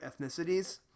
ethnicities